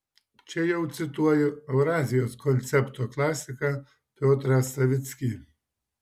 čia jau cituoju eurazijos koncepto klasiką piotrą savickį